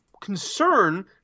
concern